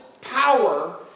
power